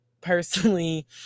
personally